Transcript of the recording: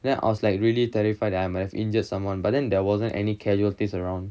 then I was like really terrified that I might have injured someone but then there wasn't any casualties around